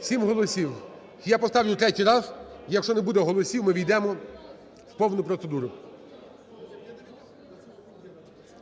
Сім голосів. Я поставлю третій раз. Якщо не буде голосів, ми ввійдемо в повну процедуру.